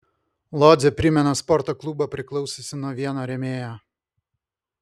lodzė primena sporto klubą priklausiusį nuo vieno rėmėjo